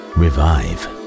revive